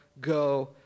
go